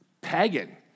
pagan